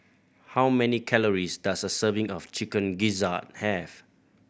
how many calories does a serving of Chicken Gizzard have